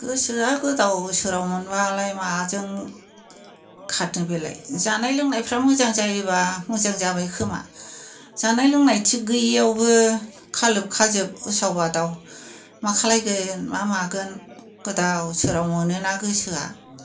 गोसोआ गोदाव सोराव मोनबालाय माजों खारनो बेलाय जानाय लोंनायफ्रा मोजां जायोब्ला मोजां जाबाय खोमा जानाय लोंनाय थिग गैयैयावबो खारलोब खाजोब उसाव बादाव मा खालायगोन मा मागोन गोदाव सोराव मोनोना गोसोआ